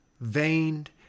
veined